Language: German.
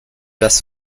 das